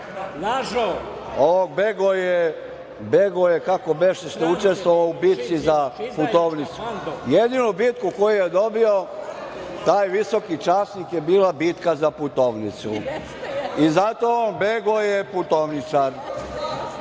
„Begoje“, kako beše, što je učestvovao u bici za putovnicu. Jedinu bitku koju je dobio, taj visoki časnik, je bila bitka za putovnicu. Zato je on „Begoje putovničar“.